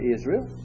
Israel